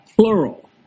plural